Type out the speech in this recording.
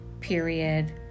period